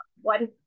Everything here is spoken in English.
one